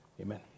amen